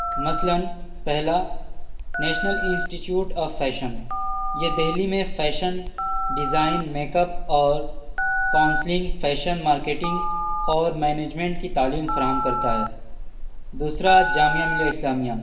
مثلاً پہلا national institute of fashion یہ دہلی میں فیشن ڈیزائن میک اپ اور كاؤنسلنگ فیشن ماركیٹنگ اور مینیجمنٹ كی تعلیم فراہم كرتا ہے دوسرا جامعہ ملّیہ اسلامیہ